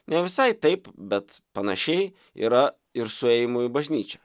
ne visai taip bet panašiai yra ir su ėjimu į bažnyčią